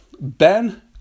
ben